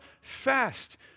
Fast